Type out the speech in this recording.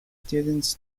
students